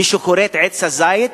מי שכורת עץ זית,